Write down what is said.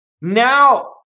Now